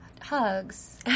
Hugs